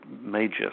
major